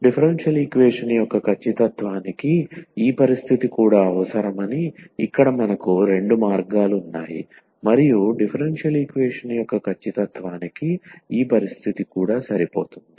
differential equation యొక్క ఖచ్చితత్వానికి ఈ పరిస్థితి కూడా అవసరమని ఇక్కడ మనకు రెండు మార్గాలు ఉన్నాయి మరియు డిఫరెన్షియల్ ఈక్వేషన్ యొక్క ఖచ్చితత్వానికి ఈ పరిస్థితి కూడా సరిపోతుంది